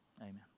amen